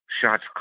shots